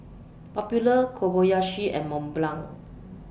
Popular Kobayashi and Mont Blanc